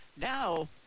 now